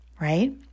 right